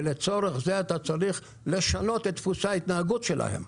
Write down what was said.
ולצורך זה אתה צריך לשנות את דפוסי ההתנהגות שלהם.